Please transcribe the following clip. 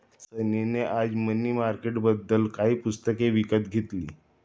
सनी ने आज मनी मार्केटबद्दल काही पुस्तके विकत घेतली